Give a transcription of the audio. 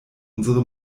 unsere